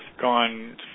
gone